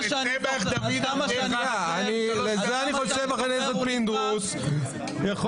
מדובר בבחירות דמוקרטיות פעם אחר פעם.